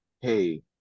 hey